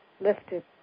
lifted